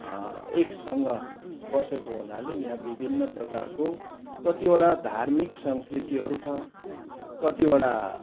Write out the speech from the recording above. एकसँग बसेको हुनाले यहाँ विभिन्न प्रकारको कतिवटा धार्मिक संस्कृतिहरू छ कतिवटा